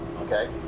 okay